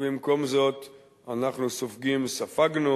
במקום זאת אנחנו סופגים, ספגנו,